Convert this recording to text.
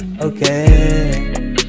Okay